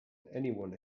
anyone